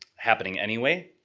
happening anyway,